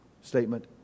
statement